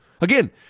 Again